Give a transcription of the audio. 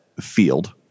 field